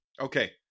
Okay